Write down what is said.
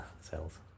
cells